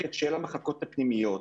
המערכת של המחלקות הפנימיות,